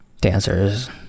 dancers